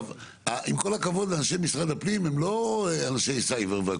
עם כל הכבוד לאנשי משרד הפנים, הם לא אנשי סייבר.